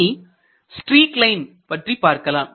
இனி streak line பற்றி பார்க்கலாம்